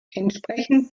entsprechend